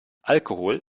alkohol